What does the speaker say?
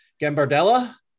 Gambardella